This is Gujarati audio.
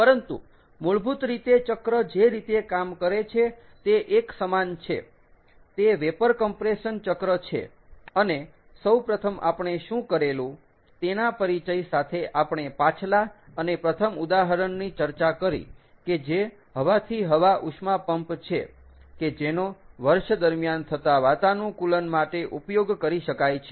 પરંતુ મૂળભૂત રીતે ચક્ર જે રીતે કામ કરે છે તે એક સમાન છે તે વેપર કમ્પ્રેશન ચક્ર છે અને સૌપ્રથમ આપણે શું કરેલું તેના પરિચય સાથે આપણે પાછલા અને પ્રથમ ઉદાહરણની ચર્ચા કરી કે જે હવાથી હવા ઉષ્મા પંપ છે કે જેનો વર્ષ દરમ્યાન થતાં વાતાનુકૂલન માટે ઉપયોગ કરી શકાય છે